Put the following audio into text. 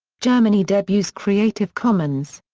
germany debuts creative commons.